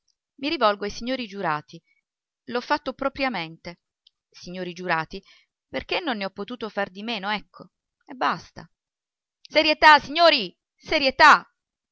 mi rivolgo ai signori giurati l'ho fatto propriamente signori giurati perché non ne ho potuto far di meno ecco e basta serietà serietà signori serietà